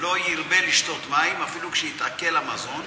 ולא ירבה לשתות מים אפילו כשיתעכל המזון,